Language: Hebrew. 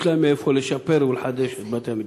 יש להם ממה לשפר ולחדש את בתי-המטבחיים.